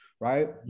Right